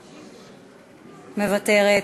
מוותרת,